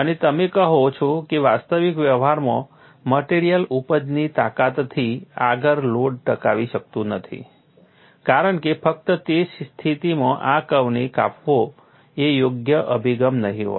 અને તમે કહો છો કે વાસ્તવિક વ્યવહારમાં મટેરીઅલ ઉપજની તાકાતથી આગળ લોડ ટકાવી શકતી નથી કારણ કે ફક્ત તે સ્થિતિમાં આ કર્વને કાપવો એ યોગ્ય અભિગમ નહીં હોય